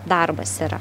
darbas yra